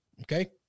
Okay